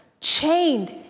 chained